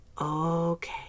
okay